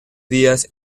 días